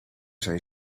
zijn